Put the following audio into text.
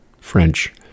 French